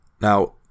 Now